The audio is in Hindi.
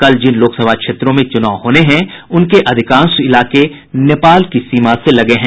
कल जिन लोकसभा क्षेत्रों में चुनाव होने हैं उनके अधिकांश इलाके नेपाल की सीमा से लगे हुए हैं